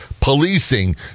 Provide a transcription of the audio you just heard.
policing